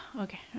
Okay